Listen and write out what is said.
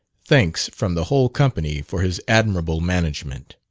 thanks from the whole company for his admirable management.